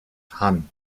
hann